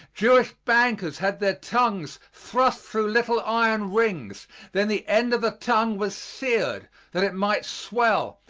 jewish bankers had their tongues thrust through little iron rings then the end of the tongue was seared that it might swell,